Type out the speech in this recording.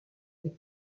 des